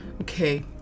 Okay